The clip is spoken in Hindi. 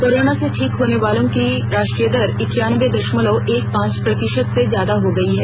कोरोना से ठीक होने वालों की राष्ट्रीय दर इक्कान्नबे दशमलव एक पांच प्रतिशत से ज्यादा हो गई है